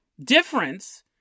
difference